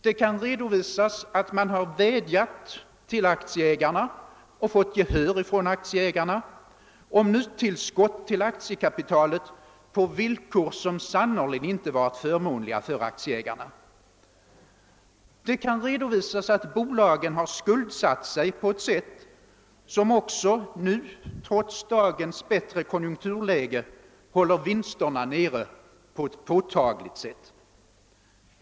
Det kan redovisas att man har vädjat till aktieägarna och funnit gehör bland aktieägarna för nya tillskott till aktiekapitalet på villkor som sannerligen inte varit förmånliga för aktieägarna. Det kan redovisas att bolagen har skuldsatt sig på ett sätt som också nu, trots dagens bättre konjukturläge, håller vinsterna nere på en klart otillfredsställande nivå.